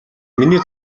миний